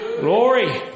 Glory